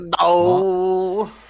No